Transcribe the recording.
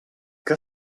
que